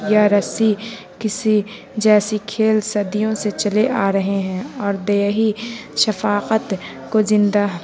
یا رسی کسی جیسی کھیل صدیوں سے چلے آ رہے ہیں اور دیہی ثقافت کو زندہ